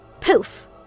Poof